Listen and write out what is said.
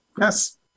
Yes